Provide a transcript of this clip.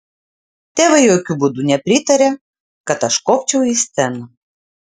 tėvai jokiu būdu nepritarė kad aš kopčiau į sceną